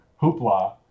Hoopla